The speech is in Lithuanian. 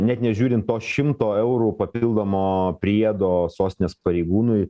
net nežiūrint to šimto eurų papildomo priedo sostinės pareigūnui